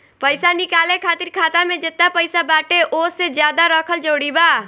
पईसा निकाले खातिर खाता मे जेतना पईसा बाटे ओसे ज्यादा रखल जरूरी बा?